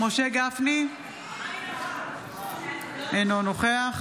משה גפני, אינו נוכח